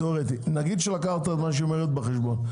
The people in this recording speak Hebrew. מה שהיא אומרת בחשבון,